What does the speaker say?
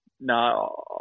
no